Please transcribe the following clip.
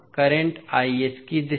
current की दिशा